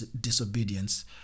disobedience